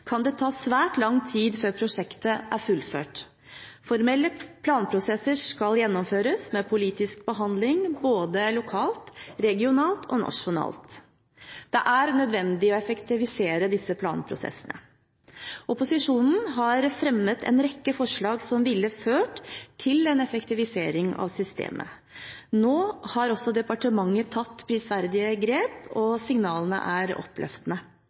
kan det ta svært lang tid før prosjektet er fullført. Formelle planprosesser skal gjennomføres med politisk behandling både lokalt, regionalt og nasjonalt. Det er nødvendig å effektivisere disse planprosessene. Opposisjonen har fremmet en rekke forslag som ville ført til en effektivisering av systemet. Nå har også departementet tatt prisverdige grep, og signalene er oppløftende.